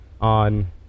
on